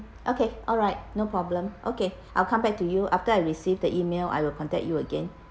okay alright no problem okay I'll come back to you after I received the E-mail I will contact you again